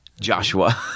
Joshua